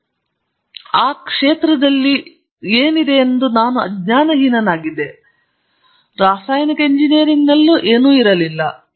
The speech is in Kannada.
ಮತ್ತು ಆ ಸಮಯದಲ್ಲಿ ಈಗಾಗಲೇ ಕ್ಷೇತ್ರದಲ್ಲಿ ಏನೆಂದು ನಾನು ಅಜ್ಞಾನಹೀನನಾಗಿದ್ದೆ ರಾಸಾಯನಿಕ ಎಂಜಿನಿಯರಿಂಗ್ನಲ್ಲಿ ಏನೂ ಇರಲಿಲ್ಲ